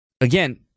again